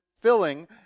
filling